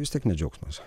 vis tiek ne džiaugsmas